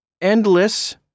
endless